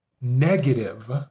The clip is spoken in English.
negative